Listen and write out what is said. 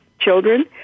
children